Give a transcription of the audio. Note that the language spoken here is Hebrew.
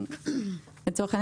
אני